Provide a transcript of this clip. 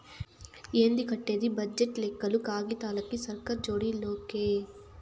ఏంది కట్టేది బడ్జెట్ లెక్కలు కాగితాలకి, సర్కార్ జోడి లోకి